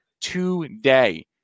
today